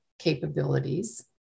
capabilities